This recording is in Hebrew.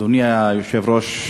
אדוני היושב-ראש,